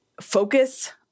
focus